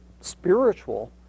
spiritual